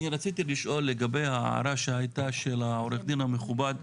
אני רציתי לשאול לגבי ההערה שהייתה של עורך הדין המכובד,